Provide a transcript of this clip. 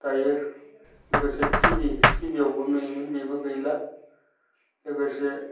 दायो लोगोसे टिभि टिभिआवबो नुयोमोन बेबो गैला लोगोसे